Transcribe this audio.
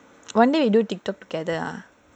one day we do TikTok together ah